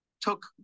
took